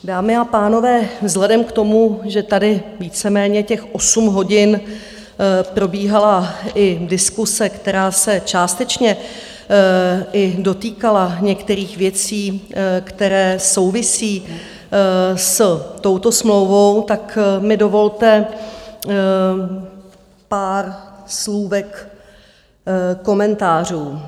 Dámy a pánové, vzhledem k tomu, že tady víceméně těch osm hodin probíhala i diskuse, která se částečně i dotýkala některých věcí, které souvisí s touto smlouvou, tak mi dovolte pár komentářů.